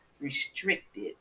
restricted